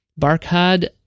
Barkhad